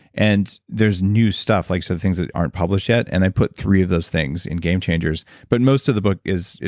and there's new stuff, like so things that aren't published yet. and i put three of those things in game changes. but most of the book is.